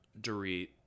Dorit